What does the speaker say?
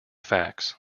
facts